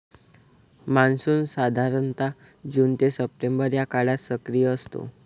monsoon साधारणतः June ते September या काळात सक्रिय असतो